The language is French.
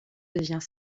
devient